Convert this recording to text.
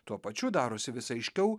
tuo pačiu darosi vis aiškiau